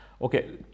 Okay